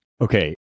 Okay